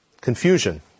confusion